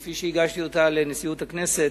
כפי שהגשתי אותה לנשיאות הכנסת,